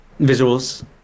visuals